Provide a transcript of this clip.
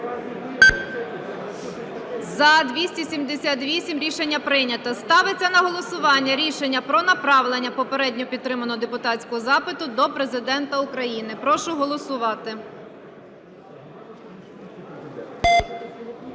За-278 Рішення прийнято. Ставиться на голосування рішення про направлення попередньо підтриманого депутатського запиту до Президента України. Прошу голосувати.